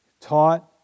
taught